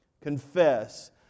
confess